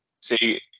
See